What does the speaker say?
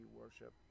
worship